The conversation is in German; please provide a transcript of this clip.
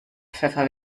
pfeffer